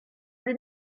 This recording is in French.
lui